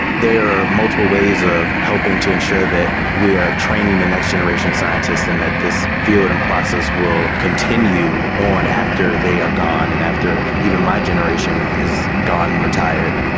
there are multiple ways of helping to ensure that we are training the next generation of scientists and that this field and process will continue on after they are gone and after even my generation is gone and retired.